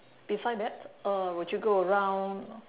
beside that uh would you go around